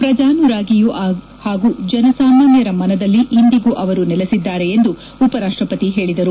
ಪ್ರಜಾನುರಾಗಿಯಾಗಿ ಹಾಗೂ ಜನಸಾಮಾನ್ಯರ ಮನದಲ್ಲಿ ಇಂದಿಗೂ ಅವರು ನೆಲೆಸಿದ್ದಾರೆ ಎಂದು ಉಪ ರಾಷ್ಷಪತಿ ಹೇಳಿದರು